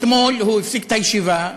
אתמול הוא הפסיק את הישיבה,